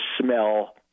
smell